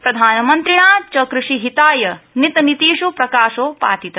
प्रधानमन्त्रिणा च कृषिहिताय नीतनीतिष् प्रकाशो पातित